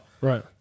Right